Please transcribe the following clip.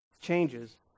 changes